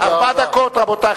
ארבע דקות, רבותי.